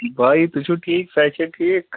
بایی تُہۍ چھُو ٹھیٖک صحت چھا ٹھیٖک